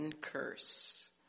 curse